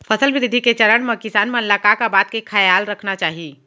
फसल वृद्धि के चरण म किसान मन ला का का बात के खयाल रखना चाही?